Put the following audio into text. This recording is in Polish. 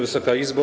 Wysoka Izbo!